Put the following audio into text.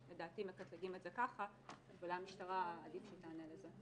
לדעתי היו מקטלגים את זה ככה אבל עדיף שהמשטרה תענה לזה.